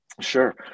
Sure